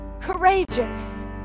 courageous